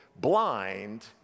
blind